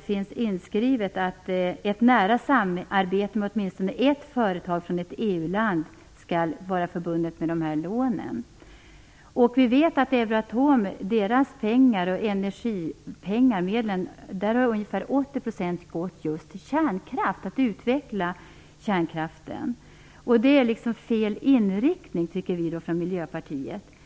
finns nämligen inskrivet att ett nära samarbete med åtminstone ett företag från ett EU-land skall vara förbundet med dessa lån. Vi vet att ungefär 80 % av medlen från Euratom har gått just till kärnkraft och utveckling av den. Vi från Miljöpartiet tycker att det är fel inriktning.